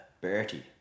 Bertie